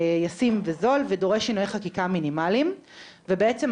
ישים וזול ודורש שינויי חקיקה מינימליים ובעצם,